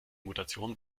mutation